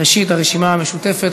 ראשית, הרשימה המשותפת.